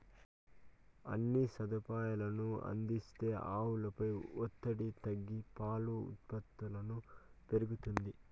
అన్ని సదుపాయాలనూ అందిస్తే ఆవుపై ఒత్తిడి తగ్గి పాల ఉత్పాదకతను పెరుగుతుంది